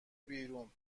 بیرون